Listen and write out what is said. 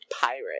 Pirate